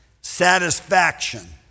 satisfaction